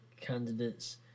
candidates